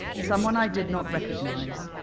someone i did not recognize.